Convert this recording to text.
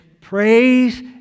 praise